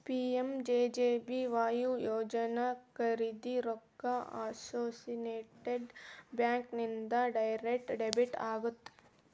PMJJBY ಯೋಜನಾ ಖರೇದಿ ರೊಕ್ಕ ಅಸೋಸಿಯೇಟೆಡ್ ಬ್ಯಾಂಕ್ ಇಂದ ಡೈರೆಕ್ಟ್ ಡೆಬಿಟ್ ಆಗತ್ತ